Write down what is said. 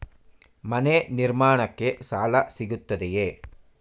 ಮನೆ ನಿರ್ಮಾಣಕ್ಕೆ ಸಾಲ ಸಿಗುತ್ತದೆಯೇ?